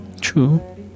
True